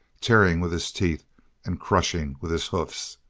tearing with his teeth and crushing with his hoofs.